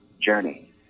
journey